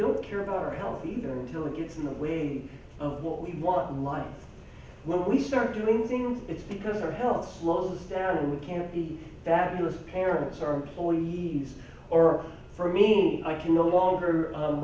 don't care about our health even until it gets in the way of what we want in life when we start doing things it's because our health slows down and we can see that those parents are employees or for me i can no longer